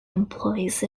employs